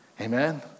Amen